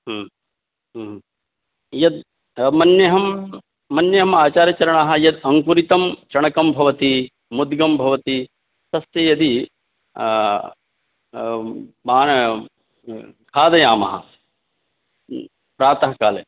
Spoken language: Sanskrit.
यद् मन्ये अहं मन्ये अहम् आचार्यचरणाः यत् अङ्कुरितं चणकं भवति मुद्गं भवति तस्य यदि खादयामः प्रातःकाले